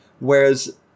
Whereas